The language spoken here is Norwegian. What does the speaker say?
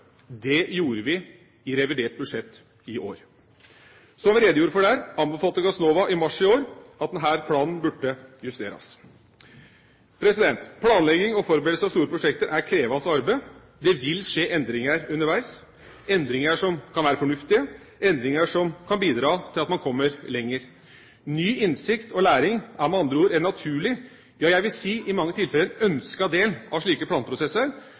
Det gjorde vi i revidert budsjett i år. Som vi redegjorde for der, anbefalte Gassnova i mars i år at denne planen burde justeres. Planlegging og forberedelser av store prosjekter er krevende arbeid. Det vil skje endringer underveis – endringer som kan være fornuftig, endringer som kan bidra til at man kommer lenger. Ny innsikt og læring er med andre ord en naturlig, ja jeg vil si i mange tilfeller en ønsket del av slike planprosesser.